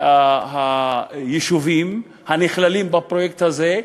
היישובים הנכללים בפרויקט הזה,